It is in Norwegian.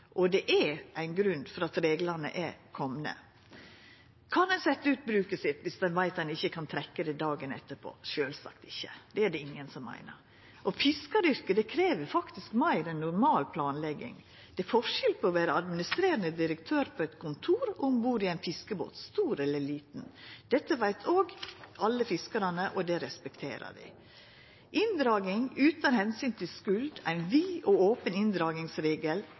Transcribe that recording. og det er ein grunn til at reglane er komne. Kan ein setja ut bruket sitt dersom ein veit at ein ikkje kan trekkja det dagen etterpå? Sjølvsagt ikkje. Det er det ingen som meiner. Fiskaryrket krev faktisk meir enn normal planlegging. Det er forskjell på å vera administrerande direktør på eit kontor og om bord i ein fiskebåt, stor eller liten. Dette veit òg alle fiskarane, og det respekterer dei. Inndraging utan omsyn til skuld, ein vid og open inndragingsregel